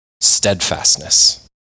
steadfastness